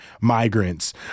migrants